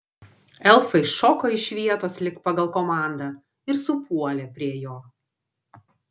elfai šoko iš vietos lyg pagal komandą ir supuolė prie jo